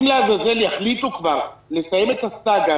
אם לעזאזל יחליטו כבר לסיים את הסאגה